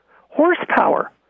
horsepower